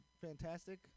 fantastic